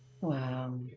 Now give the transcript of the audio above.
Wow